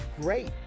great